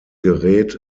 gerät